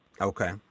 Okay